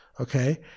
okay